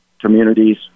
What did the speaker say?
communities